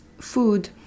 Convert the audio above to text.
food